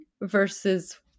versus